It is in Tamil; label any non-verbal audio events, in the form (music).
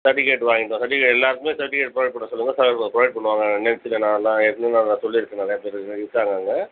சர்டிஃபிகேட் வாங்கிகிட்டு வாங்க சர்டிஃபிகேட் எல்லாருக்குமே சர்டிஃபிகேட் ப்ரொவைட் பண்ண சொல்லுங்கள் ப்ரொவைட் பண்ணுவாங்க நெக்குடு நான்லாம் (unintelligible) சொல்லிருக்கேன் அங்கே நிறைய பேர் இருக்காங்க அங்கே